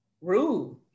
Rude